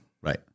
Right